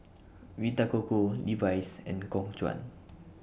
Vita Coco Levi's and Khong Guan